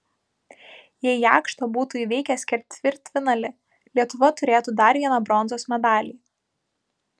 jei jakšto būtų įveikęs ketvirtfinalį lietuva turėtų dar vieną bronzos medalį